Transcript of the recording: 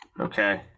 Okay